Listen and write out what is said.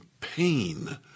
pain